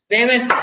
Famous